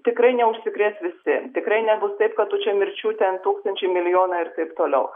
tikrai neužsikrės visi tikrai nebus taip kad tu čia mirčių ten tūkstančiai milijonai ir taip toliau